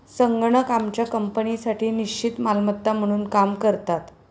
संगणक आमच्या कंपनीसाठी निश्चित मालमत्ता म्हणून काम करतात